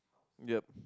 yeap